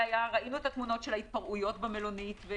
וראינו את התמונות של ההתפרעויות במלונית.